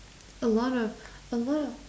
a lot of a lot of